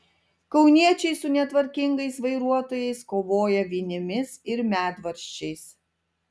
kauniečiai su netvarkingais vairuotojais kovoja vinimis ir medvaržčiais